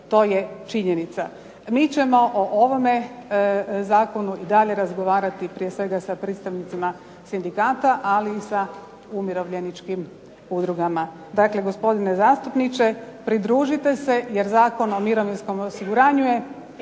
to je činjenica. Mi ćemo o ovome zakonu i dalje razgovarati prije svega sa predstavnicima sindikata, ali i sa umirovljeničkim udrugama. Dakle, gospodine zastupniče pridružite se jer Zakon o mirovinskom osiguranju je